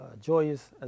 joyous